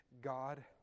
God